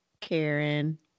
Karen